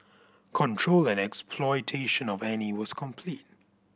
control and exploitation of Annie was complete